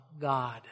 God